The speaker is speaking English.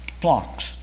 flocks